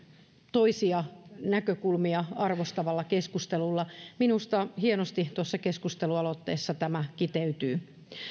toisia näkökulmia arvostavalla keskustelulla minusta tämä kiteytyy hienosti tuossa keskustelualoitteessa